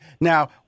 Now